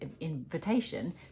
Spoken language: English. invitation